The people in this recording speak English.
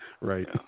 Right